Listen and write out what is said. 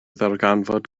ddarganfod